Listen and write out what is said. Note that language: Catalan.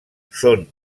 són